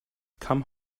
come